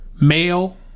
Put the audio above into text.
male